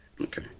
Okay